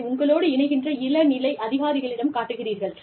அதை உங்களோடு இணைகின்ற இளநிலை அதிகாரிகளிடம் காட்டுகிறீர்கள்